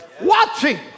watching